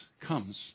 comes